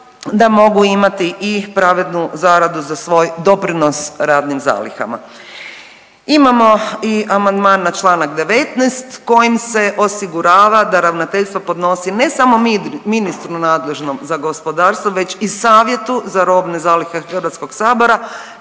da mogu imati i pravednu zaradu za svoj doprinos radnim zalihama. Imamo i amandman na čl. 19. kojim se osigurava da ravnateljstvo podnosi ne samo ministru nadležnom za gospodarstvo već i Savjetu za robne zalihe HS kvartalna